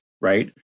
right